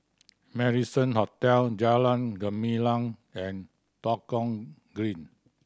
Marrison Hotel Jalan Gumilang and Tua Kong Green